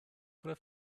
could